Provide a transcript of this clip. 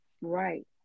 Right